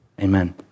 Amen